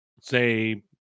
say